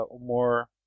more